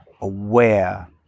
aware